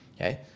Okay